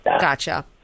Gotcha